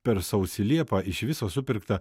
per sausį liepą iš viso supirkta